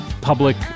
public